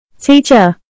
Teacher